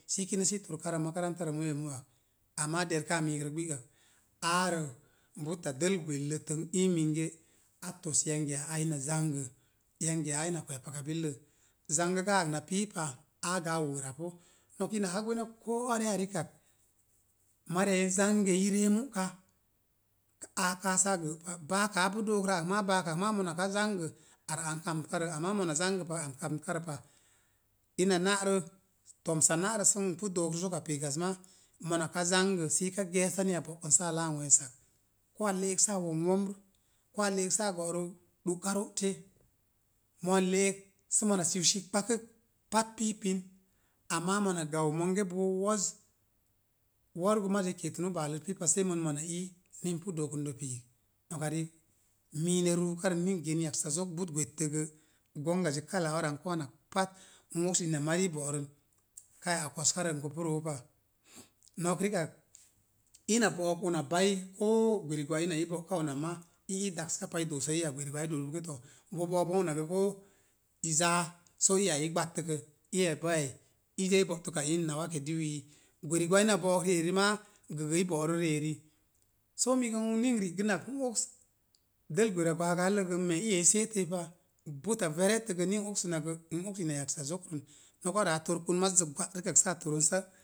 Sii kinə sii torkarə makarantarə muyo mu'ai, amma derkaa miik rə gbi'kak, aarə buta dəl gwelləttə n ii minge a tos yangiya aai ina zangə, yangiya aai ina kwee paka billək. Zangəkaa ak na pii pa, aagə a wərapu. No̱k inaka gwenə koo areya rikak, mariya i zangəiyi i ree mu'ka, aa kaa saa gəə pa baaka apu dookrə ak maa, baakak mona ka zangə ar an kamtəkarə amma mona zangə pa ar kamtəka rə pa. Ina na'rə, to̱msa na'rə sən pu dookrə zoka piikas maa, mona ka zangə sii ka ge̱e̱sa ni a bo̱'kən saa laan we̱e̱sak. Koo a le'ek saa wom womr, koo a le'ek saa go̱'rə ɗuka ro'te, mona le'ek sə mona siu sipkpa kək pat pii pin. Amma mona gau monge boo wo̱z, wo̱ru gə maza i keetənu baaləz pii pa sei mon mona ii nin pu dookəndə piik. Noka riik, miinə ruukarə ni n geen yaksa zok but gwettə gə, gongazi kala ara n ko̱o̱nak pat, n oks ina marii bo̱'rən, kai a ko̱skarən pu roo pa. Nok rikak ina bo'ok una bai, koo gwerigwa ina ii bo̱'ka ona maa, i ii dakska pa, i doosə iya gweri gwa'ai i doo bonge to, bo bo̱ okbon una gə koo i zaa, soo iya eyi i gbattəkə, iya baiyai i zaa go təkə a iin ná waka diwiyi. Gwerigwa ina bo̱'o̱k ri'eri maa gə gi i bo̱'rə ri'eri. Soo mii gə ni n ri'gənak noks dəl gwera gwagaaləgə n me̱e̱ iya i pa, buta veretta gə ni a oksənakgə n oks ina yaksa zokrən no̱k ara a torkən mazzə gwa rikak saa torən